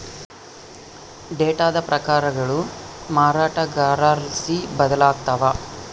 ಡೇಟಾದ ಪ್ರಕಾರಗಳು ಮಾರಾಟಗಾರರ್ಲಾಸಿ ಬದಲಾಗ್ತವ